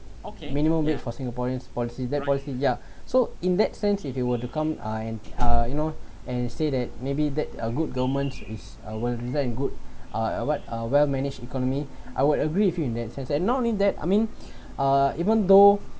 minimum wage for singaporeans policy that policy ya so in that sense if you were to come uh and uh you know and say that maybe that a good government is our reason in good uh what uh well managed economy I would agree with you in that sense and not only that I mean uh even though